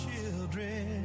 children